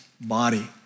body